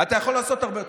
אתה יכול לעשות הרבה יותר.